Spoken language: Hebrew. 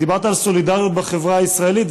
דיברת על סולידריות בחברה הישראלית,